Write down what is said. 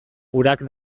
urak